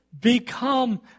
become